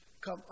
Come